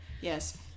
Yes